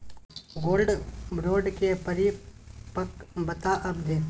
Gold bond के परिपक्वता अवधि?